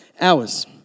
hours